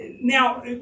Now